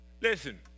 Listen